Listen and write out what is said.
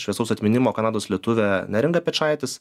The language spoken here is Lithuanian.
šviesaus atminimo kanados lietuvę neringą piečaitis